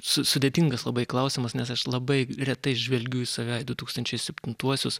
su sudėtingas labai klausimas nes aš labai retai žvelgiu į save du tūkstančiai septintuosius